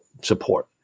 support